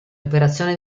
operazioni